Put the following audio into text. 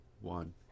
one